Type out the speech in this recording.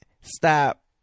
Stop